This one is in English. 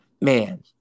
Man